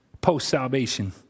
post-salvation